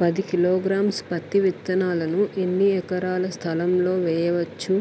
పది కిలోగ్రామ్స్ పత్తి విత్తనాలను ఎన్ని ఎకరాల స్థలం లొ వేయవచ్చు?